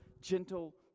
gentle